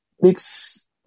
mix